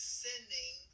sending